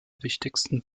wichtigsten